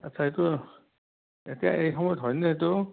আচ্ছা এইটো এই সময়ত হয়নে এইটো